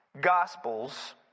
gospels